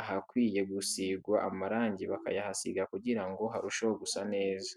ahakwiye gusigwa amarangi bakayahasiga kugira ngo harusheho gusa neza.